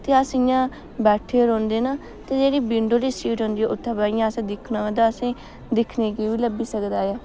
ते अस इ'यां बैठे रौंह्दे न ते जेह्ड़ी विंडो आह्ली सीट होंदी ऐ ते उत्थैं बेहियै अस दिक्खना तां असेंगी दिक्खने गी बी लब्भी सकदा ऐ